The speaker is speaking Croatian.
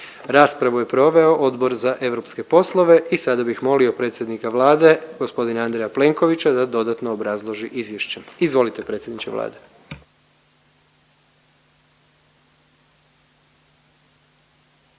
Raspravu je proveo Odbor za europske poslove i sada bih molio predsjednika Vlade g. Andreja Plenkovića da dodatno obrazloži izvješće. Izvolite predsjedniče Vlade.